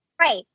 right